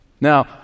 Now